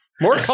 More